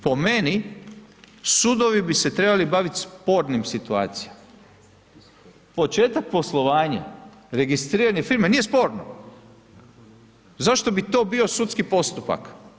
Po meni, sudovi bi se trebali baviti spornim situacijama, početak poslovanja, registriranje firme, nije sporno, zašto bi to bio sudski postupak?